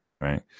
right